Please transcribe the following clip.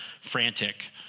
frantic